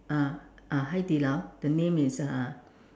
ah ah Hai-Di-Lao the name is uh